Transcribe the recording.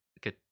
good